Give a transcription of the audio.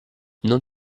non